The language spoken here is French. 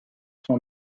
son